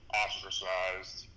ostracized